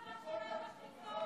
לא עשיתם את זה,